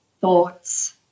thoughts